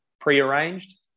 prearranged